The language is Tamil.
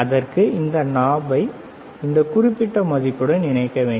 அதற்கு இந்த நாபை இந்த குறிப்பிட்ட மதிப்புடன் இணைக்க வேண்டும்